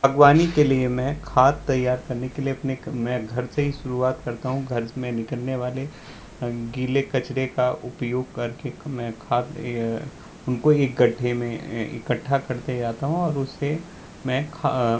बागवानी के लिए मैं खाद तैयार करने के लिए अपने मैं घर से ही शुरुआत करता हूँ घर में निकलने वाले गीले कचरे का उपयोग करके मैं खाद उनको एक गड्ढे में इकट्ठा करते जाता हूँ और उससे मैं